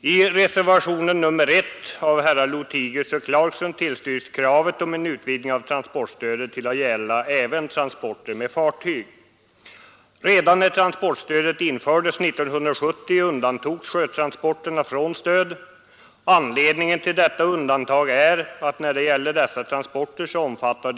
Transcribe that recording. I reservationen 1 av herrar Lothigius och Clarkson tillstyrks kravet på en utvidgning av transportstödet till att gälla även transporter med fartyg. Redan när transportstödet infördes 1970 undantogs sjötransporterna från stöd. Anledningen till detta undantag är att dessa transporter